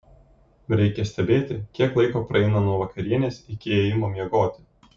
reikia stebėti kiek laiko praeina nuo vakarienės iki ėjimo miegoti